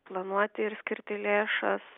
planuoti ir skirti lėšas